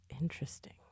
Interesting